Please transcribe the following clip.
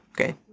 Okay